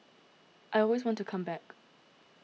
I always want to come back